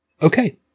Okay